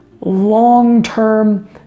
long-term